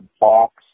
box